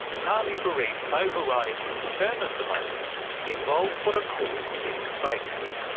hany farid's over-riding concern at the moment involves what are called deep fakes.